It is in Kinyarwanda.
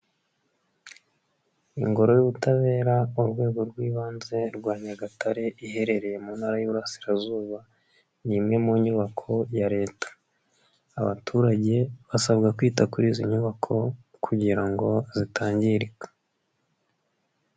Ingoro y'ubutabera urwego rw'ibanze rwa Nyagatare iherereye mu ntara y'Iburasirazuba, ni imwe mu nyubako ya leta, abaturage basabwa kwita kuri izo nyubako kugira ngo zitangirika.